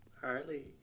Harley